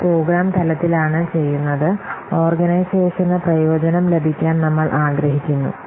ഇത് പ്രോഗ്രാം തലത്തിലാണ് ചെയ്യുന്നത് ഓർഗനൈസേഷന് പ്രയോജനം ലഭിക്കാൻ നമ്മൾ ആഗ്രഹിക്കുന്നു